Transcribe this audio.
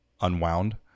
unwound